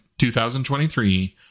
2023